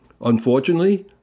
Unfortunately